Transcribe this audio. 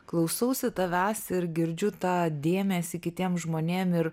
klausausi tavęs ir girdžiu tą dėmesį kitiem žmonėm ir